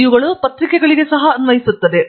ಮತ್ತು ಇವುಗಳು ಪತ್ರಿಕೆಗಳಿಗೆ ಸಹ ಅನ್ವಯಿಸುತ್ತವೆ